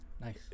Nice